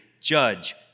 judge